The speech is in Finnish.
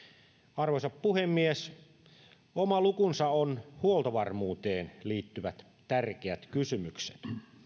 arvoisa puhemies oma lukunsa ovat huoltovarmuuteen liittyvät tärkeät kysymykset